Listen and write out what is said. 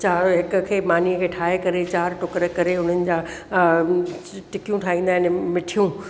चारो हिक खे मानीअ खे ठाहे करे चारि टुकड़ करे उन जा टिकियूं ठाहींदा आहिनि मिठियूं